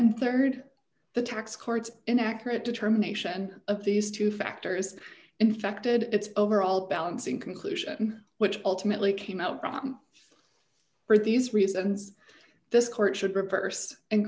and rd the tax courts in accurate determination of these two factors infected its overall balance in conclusion which ultimately came out rotten for these reasons this court should reverse and